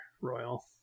Royal